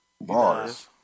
Bars